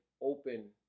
open